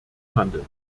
handelt